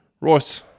Royce